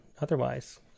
otherwise